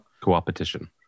Cooperation